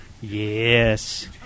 Yes